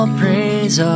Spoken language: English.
praise